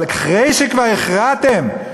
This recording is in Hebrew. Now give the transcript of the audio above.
אבל אחרי שכבר הכרעתם,